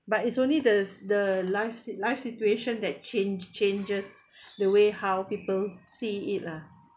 but it's only the the life sit~ life situation that change changes the way how people see it lah